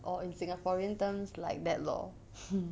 or in singaporean terms like that lor ha